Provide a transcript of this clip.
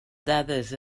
dades